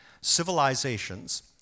civilizations